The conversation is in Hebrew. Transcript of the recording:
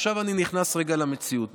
עכשיו אני נכנס רגע למציאות.